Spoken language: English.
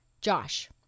Josh